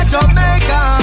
Jamaica